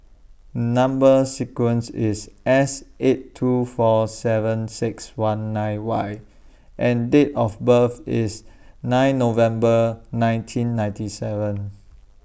Number sequence IS S eight two four seven six one nine Y and Date of birth IS nine November nineteen ninety seven